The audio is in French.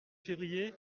février